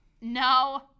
No